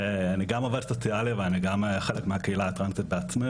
אז אני גם עובד סוציאלי ואני גם חלק מהקהילה הטרנסית בעצמי,